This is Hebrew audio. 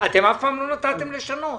אתם אף פעם לא נתתם לשנות.